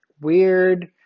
weird